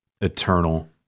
eternal